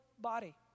body